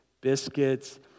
biscuits